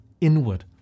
inward